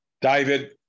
David